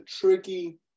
tricky